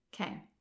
Okay